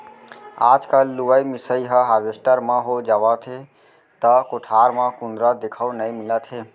आजकल लुवई मिसाई ह हारवेस्टर म हो जावथे त कोठार म कुंदरा देखउ नइ मिलत हे